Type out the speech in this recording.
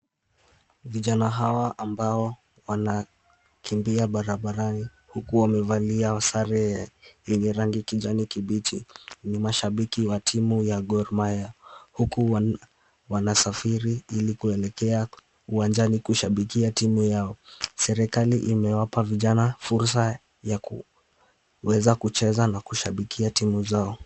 Vijana hawa ambao wanakimbia barabarani huku wamevalia sare yenye rangi kijani kibichi ni mashabiki wa timu ya ✓cs] gor mahia . Huku wanasafiri ili kuelekea uwanjani kushabikia timu yao. Serikali imewapa vijana fursa ya kuweza kucheza na kushabikia timu zao.